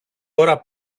ώρα